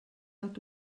nad